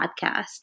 Podcast